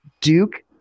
Duke